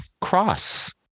cross